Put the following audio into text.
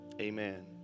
amen